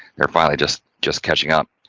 they're finally just, just catching up.